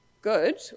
good